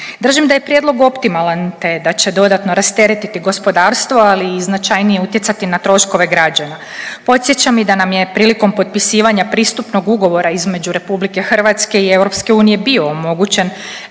Držim da je prijedlog optimalan te da će dodatno rasteretiti gospodarstvo ali i značajnije utjecati na troškove građana. Podsjećam i da nam je potpisivanja pristupnog ugovora između RH i EU bio omogućen